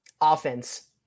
offense